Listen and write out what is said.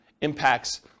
impacts